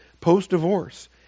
post-divorce